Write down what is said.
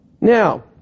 now